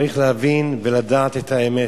צריך להבין ולדעת את האמת,